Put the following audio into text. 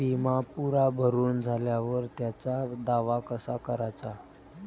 बिमा पुरा भरून झाल्यावर त्याचा दावा कसा कराचा?